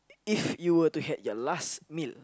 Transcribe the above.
if you were to have your last meal